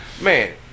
Man